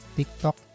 tiktok